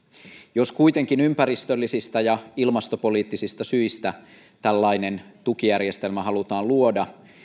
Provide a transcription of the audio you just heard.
jos kuitenkin ympäristöllisistä ja ilmastopoliittisista syistä tällainen tukijärjestelmä halutaan luoda